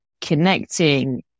connecting